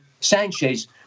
Sanchez